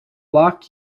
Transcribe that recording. lock